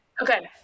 Okay